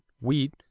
wheat